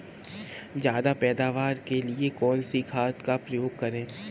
ज्यादा पैदावार के लिए कौन सी खाद का प्रयोग करें?